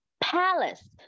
palace